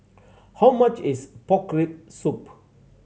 how much is pork rib soup